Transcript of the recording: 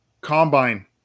combine